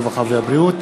הרווחה והבריאות,